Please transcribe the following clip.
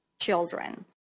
children